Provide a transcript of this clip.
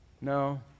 No